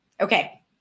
Okay